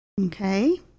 Okay